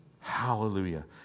Hallelujah